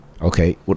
okay